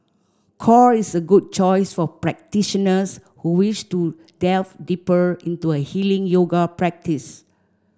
core is a good choice for practitioners who wish to delve deeper into a healing yoga practice